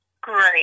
Great